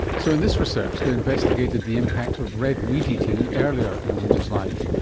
so in this research they investigated the impact of red meat eating earlier in a woman's life.